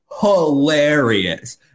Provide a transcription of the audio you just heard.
hilarious